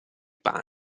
pane